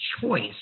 choice